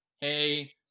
hey